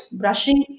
brushing